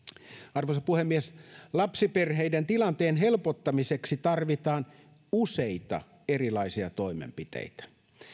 arvoisa puhemies lapsiperheiden tilanteen helpottamiseksi tarvitaan useita erilaisia toimenpiteitä